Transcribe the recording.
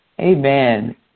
Amen